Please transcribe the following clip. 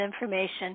information